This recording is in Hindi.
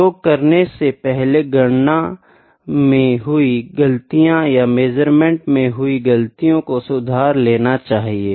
प्रयोग करने से पहले गणना में हुए गलतिया या मेज़रमेंट में हुई ग़लतिओं को सुधर लेना चाहिए